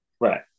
Right